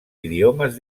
idiomes